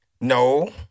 No